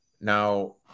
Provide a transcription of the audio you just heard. Now